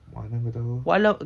mana aku tahu